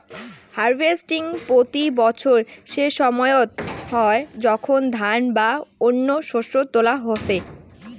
harvesting প্রতি বছর সেসময়ত হই যখন ধান বা অন্য শস্য তোলা হসে